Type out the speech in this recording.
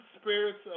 spirits